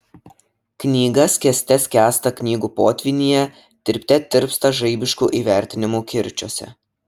knyga skęste skęsta knygų potvynyje tirpte tirpsta žaibiškų įvertinimų kirčiuose